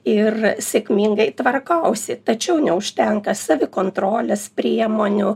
ir sėkmingai tvarkausi tačiau neužtenka savikontrolės priemonių